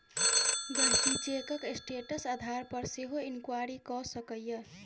गांहिकी चैकक स्टेटस आधार पर सेहो इंक्वायरी कए सकैए